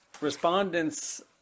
respondents